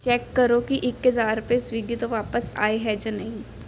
check ਕਰੋ ਕਿ ਇੱਕ ਹਜ਼ਾਰ ਰੁਪਏ ਸਵਿਗੀ ਤੋਂ ਵਾਪਸ ਆਏ ਹੈ ਜਾਂ ਨਹੀਂ